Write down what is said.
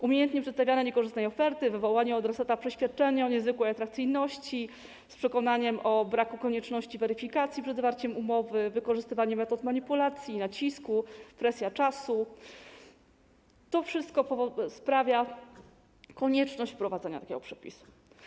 Umiejętne przedstawianie niekorzystnej oferty, wywołanie u adresata przeświadczenia o niezwykłej atrakcyjności z przekonaniem o braku konieczności weryfikacji przed zawarciem umowy, wykorzystywanie metod manipulacji, nacisku, presja czasu - to wszystko sprawia konieczność wprowadzenia takiego przepisu.